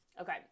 Okay